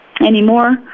anymore